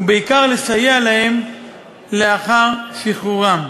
ובעיקר, לסייע להם לאחר שחרורם.